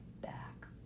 back